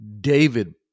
David